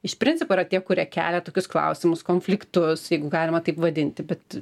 iš principo yra tie kurie kelia tokius klausimus konfliktus jeigu galima taip vadinti bet